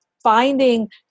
finding